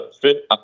fit